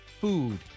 food